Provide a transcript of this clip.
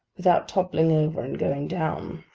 without toppling over and going down.